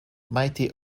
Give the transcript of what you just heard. mighty